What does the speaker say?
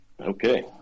Okay